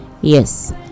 yes